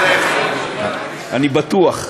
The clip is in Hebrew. אני בטוח.